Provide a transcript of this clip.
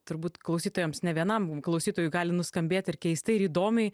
turbūt klausytojams ne vienam klausytojui gali nuskambėt ir keistai ir įdomiai